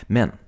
Men